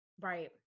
right